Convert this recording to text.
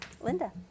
Linda